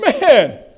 Man